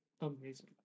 amazing